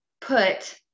put